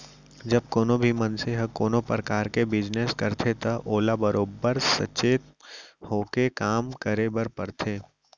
जब कोनों भी मनसे ह कोनों परकार के बिजनेस करथे त ओला बरोबर सचेत होके काम करे बर परथे